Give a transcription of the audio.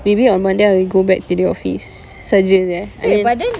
maybe on monday I will go back to the office saje jer eh I mean